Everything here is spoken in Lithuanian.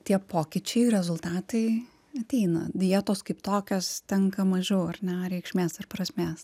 tie pokyčiai rezultatai ateina dietos kaip tokios tenka mažiau ar ne reikšmės ar prasmės